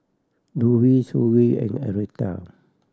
Louise Hughie and Aretha